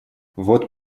вот